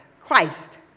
Christ